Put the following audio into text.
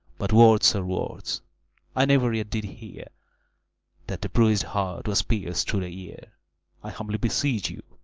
but words are words i never yet did hear that the bruis'd heart was pierced through the ear i humbly beseech you,